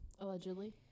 Allegedly